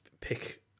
pick